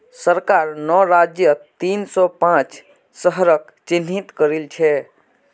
सरकार नौ राज्यत तीन सौ पांच शहरक चिह्नित करिल छे